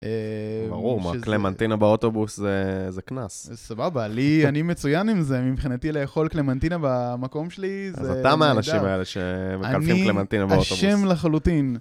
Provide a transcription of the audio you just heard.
ברור, מה קלמנטינה באוטובוס זה קנס. זה סבבה, לי אני מצוין עם זה, מבחינתי לאכול קלמנטינה במקום שלי זה... אז אתה מהאנשים האלה שמקלפים קלמנטינה באוטובוס. אני אשם לחלוטין.